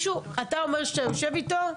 אתה אומר שאתה יושב איתו?